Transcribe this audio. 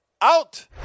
Out